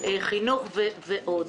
חינוך ועוד.